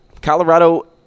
Colorado